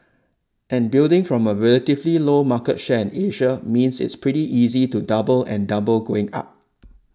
and building from a relatively low market share in Asia means it's pretty easy to double and double going up